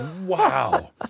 Wow